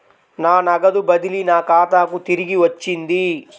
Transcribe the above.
నా నగదు బదిలీ నా ఖాతాకు తిరిగి వచ్చింది